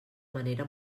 manera